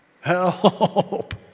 Help